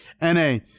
N-A